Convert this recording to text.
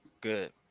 Good